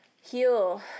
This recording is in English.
heal